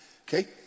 Okay